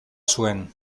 zuen